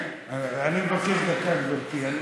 אני מבקש דקה, גברתי.